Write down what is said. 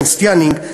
ארנסט ינינג,